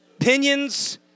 Opinions